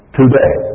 today